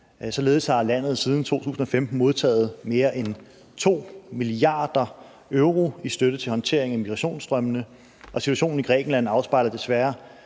Således har landet siden 2015 modtaget mere end 2 mia. euro i støtte til håndtering af migrationsstrømmene, og situationen i Grækenland afspejler desværre